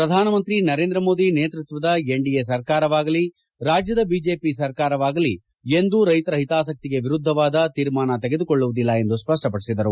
ಪ್ರಧಾನಮಂತ್ರಿ ನರೇಂದ್ರ ಮೋದಿ ನೇತೃತ್ವದ ಎನ್ಡಿಎ ಸರ್ಕಾರವಾಗಲಿ ರಾಜ್ಯದ ಬಿಜೆಪಿ ಸರ್ಕಾರವಾಗಲಿ ಎಂದೂ ರೈಶರ ಹಿತಾಸಕ್ತಿಗೆ ವಿರುದ್ಧವಾದ ತೀರ್ಮಾನ ತೆಗೆದುಕೊಳ್ಳುವುದಿಲ್ಲ ಎಂದು ಸ್ಪಷ್ಟವಡಿಸಿದರು